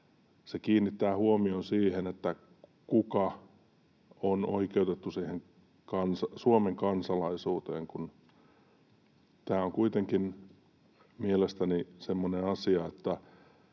se kiinnittää huomion siihen, kuka on oikeutettu Suomen kansalaisuuteen, kun tämä on kuitenkin mielestäni semmoinen asia, että